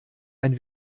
ein